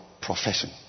profession